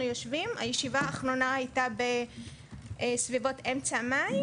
יושבים הישיבה האחרונה הייתה בסביבות אמצע מאי